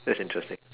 that's interesting